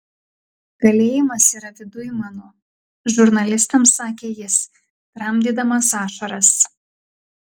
kalėjimas yra viduj mano žurnalistams sakė jis tramdydamas ašaras